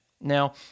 Now